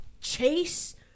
Chase